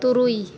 ᱛᱩᱨᱩᱭ